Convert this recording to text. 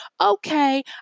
Okay